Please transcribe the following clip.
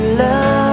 love